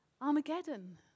Armageddon